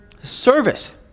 service